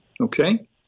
okay